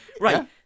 Right